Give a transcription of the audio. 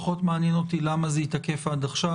פחות מעניין אותי למה זה התעכב עד עכשיו,